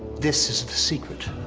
this is the secret.